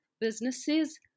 businesses